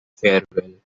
farewell